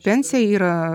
pensija yra